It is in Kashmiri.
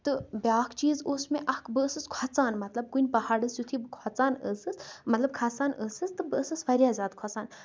تہٕ بیٛاکھ چیٖز اوس مےٚ اکھ بہٕ ٲسس کھۄژان مطلب کُنہِ پہاڑس یُتھی بہٕ کھۄژان ٲسس مطلب کھسان ٲسس تہٕ بہٕ ٲسس واریاہ زیادٕ کھۄژان